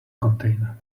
container